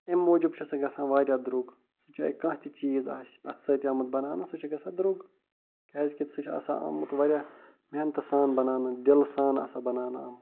اَمہِ موٗجوٗب چھِ سۄ گژھان واریاہ درٛۅگ سُہ چاہے کانٛہہ تہِ چیٖز آسہِ اتھٕ سۭتۍ آمُت بناونہٕ سُہ چھِ گژھان درٛۅگ کیٛازِکہِ سُہ چھِ آسان آمُت واریاہ محنتہٕ سان بناونہٕ دلہٕ سان آسان بناونہٕ آمُت